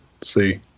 see